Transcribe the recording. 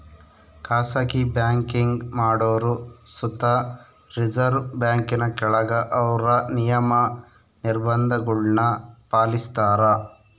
ಖಾಸಗಿ ಬ್ಯಾಂಕಿಂಗ್ ಮಾಡೋರು ಸುತ ರಿಸರ್ವ್ ಬ್ಯಾಂಕಿನ ಕೆಳಗ ಅವ್ರ ನಿಯಮ, ನಿರ್ಭಂಧಗುಳ್ನ ಪಾಲಿಸ್ತಾರ